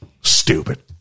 Stupid